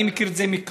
אני מכיר את זה מקרוב,